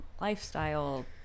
lifestyle